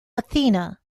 athena